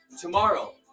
Tomorrow